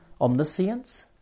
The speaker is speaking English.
Omniscience